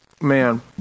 Man